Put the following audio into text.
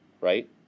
right